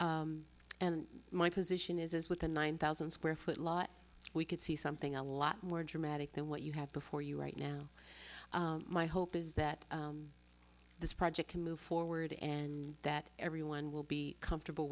room and my position is within one thousand square foot lot we could see something a lot more dramatic than what you have before you right now my hope is that this project can move forward and that everyone will be comfortable